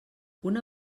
una